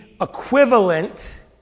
equivalent